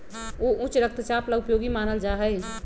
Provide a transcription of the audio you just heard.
ऊ उच्च रक्तचाप ला उपयोगी मानल जाहई